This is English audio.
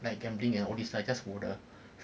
like gambling and all these right just for the